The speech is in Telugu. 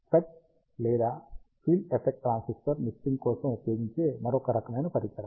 ఫెట్ లేదా ఫీల్డ్ ఎఫెక్ట్ ట్రాన్సిస్టర్ మిక్సింగ్ కోసం ఉపయోగించే మరొక రకమైన పరికరం